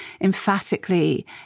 emphatically